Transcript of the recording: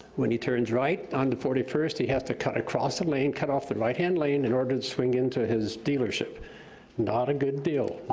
when he turns right onto forty first, he has to cut across a lane, cut off the right hand lane in order to swing into his dealership not a good deal,